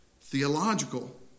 theological